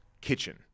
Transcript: kitchen